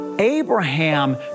Abraham